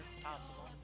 possible